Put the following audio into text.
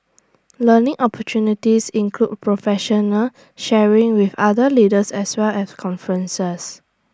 learning opportunities include professional sharing with other leaders as well as conferences